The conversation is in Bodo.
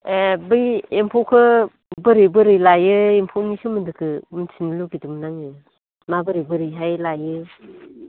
ए' बै एम्फौखौ बोरै बोरै लायो एम्फौनि सोमोन्दोखौ मिथिनो लुगैदोंमोन आङो मा बोरै बोरैहाय लायो